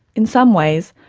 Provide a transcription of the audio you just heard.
in some ways,